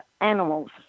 animals